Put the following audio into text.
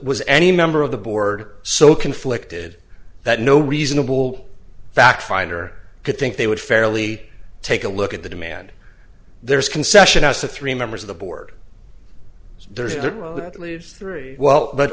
was any member of the board so conflicted that no reasonable fact finder could think they would fairly take a look at the demand there's concession as to three members of the board that leaves three well but